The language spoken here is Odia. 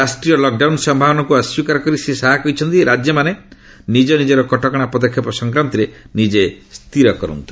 ରାଷ୍ଟ୍ରୀୟ ଲକ୍ଡାଉନ୍ ସମ୍ଭାବନାକୁ ଅସ୍ପୀକାର କରି ଶ୍ରୀ ଶାହା କହିଛନ୍ତି ରାଜ୍ୟମାନେ ନିଜ ନିଜର କଟକଣା ପଦକ୍ଷେପ ସଂକ୍ୱାନ୍ତରେ ନିଜେ ସ୍ଥିର କରନ୍ତୁ